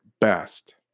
best